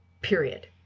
period